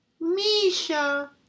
Misha